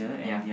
ya